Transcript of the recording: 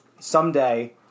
someday